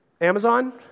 Amazon